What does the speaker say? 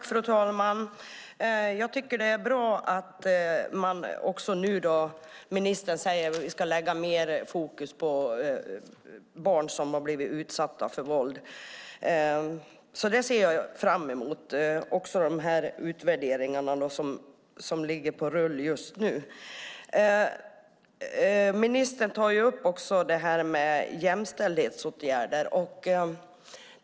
Fru talman! Jag tycker att bra att ministern säger att vi ska lägga mer fokus på barn som har blivit utsatta för våld. Jag ser också fram emot de utvärderingar som pågår just nu. Ministern tar också upp detta med jämställdhetsåtgärder.